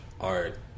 art